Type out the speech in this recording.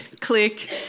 click